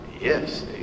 Yes